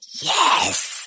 yes